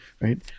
right